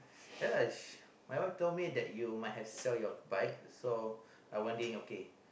ya my wife told me that you might have to sell your bike so I wondering okay